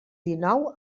dinou